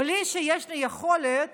בלי שיש לי יכולת